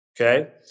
okay